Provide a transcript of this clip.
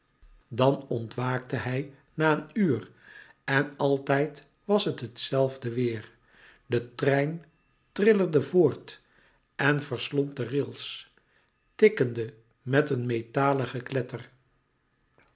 dan ontwaakte hij na een uur en altijd was het hetzelfde weêr de trein trillerde voort en verslond de rails tikkende met een metalen gekletter